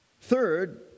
Third